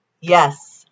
Yes